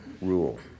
rule